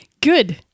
Good